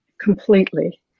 Completely